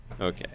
okay